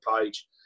page